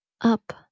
up